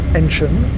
engine